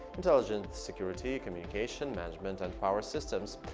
intelligent security, communication, management and power systems.